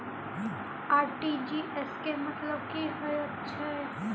RTGS केँ मतलब की हएत छै?